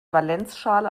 valenzschale